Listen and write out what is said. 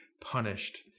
punished